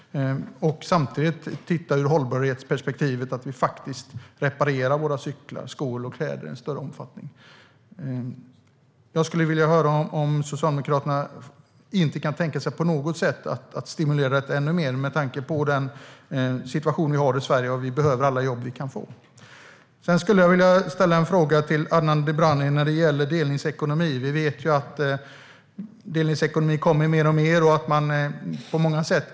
Samtidigt kan man titta på hållbarhetsperspektivet, att vi faktiskt reparerar våra cyklar, skor och kläder i större omfattning. Jag skulle vilja höra om Socialdemokraterna inte på något sätt kan tänka sig att stimulera detta ännu mer, med tanke på den situation som vi har i Sverige. Vi behöver alla jobb vi kan få. Jag skulle vilja ställa en fråga till Adnan Dibrani när det gäller delningsekonomin. Vi vet att delningsekonomin kommer mer och mer. Man kan använda den på många sätt.